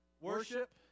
worship